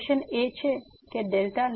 relation એ છે કે 2≤ϵ